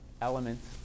elements